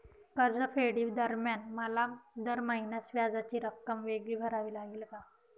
कर्जफेडीदरम्यान मला दर महिन्यास व्याजाची रक्कम वेगळी भरावी लागेल का?